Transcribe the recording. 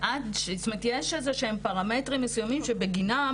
זאת אומרת יש איזה שהם פרמטרים מסוימים שבגינם